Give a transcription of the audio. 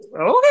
Okay